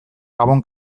gabon